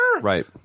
Right